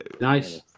Nice